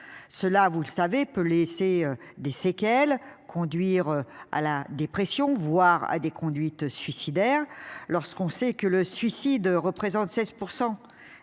cela vous le savez peut laisser des séquelles conduire à la dépression voire à des conduites suicidaires lorsqu'on sait que le suicide représente 16%